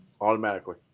Automatically